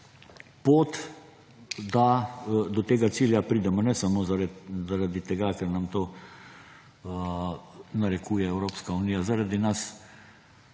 pot, da do tega cilja pridemo, ne samo zaradi tega, ker nam to narekuje Evropska unija, zaradi nas